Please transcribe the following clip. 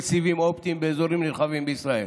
סיבים אופטיים באזורים נרחבים בישראל,